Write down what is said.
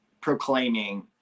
proclaiming